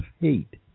hate